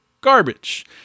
garbage